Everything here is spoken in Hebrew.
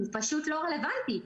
הוא פשוט לא רלוונטי.